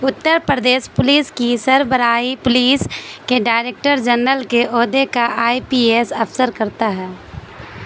Uttar Pradesh police کی سربراہی police کے ڈائریکٹر زنرل کے عہدے کا آئی پی ایس افسر کرتا ہے